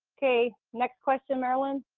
okay, next question, marilyn.